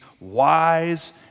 wise